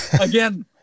Again